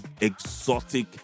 exotic